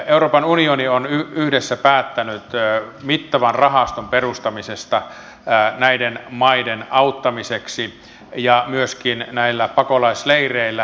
euroopan unioni on yhdessä päättänyt mittavan rahaston perustamisesta näiden maiden auttamiseksi ja myöskin elinolojen parantamiseksi näillä pakolaisleireillä